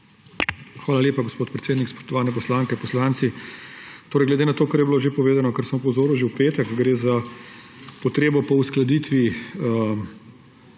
Hvala lepa, gospod predsednik. Spoštovane poslanke, poslanci! Glede na to, kar je bilo že povedano, na kar sem opozoril že v petek, gre za potrebo po uskladitvi